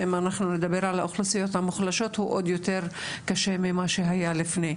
ואם אנחנו נדבר על האוכלוסיות המוחלשות הוא עוד יותר קשה ממה שהיה לפני,